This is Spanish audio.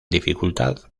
dificultad